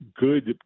good